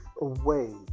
away